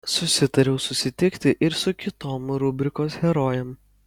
susitariau susitikti ir su kitom rubrikos herojėm